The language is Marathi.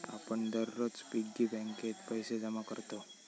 आपण दररोज पिग्गी बँकेत पैसे जमा करतव